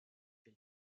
quel